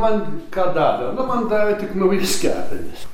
man ką davė man davė tik naujas kelnes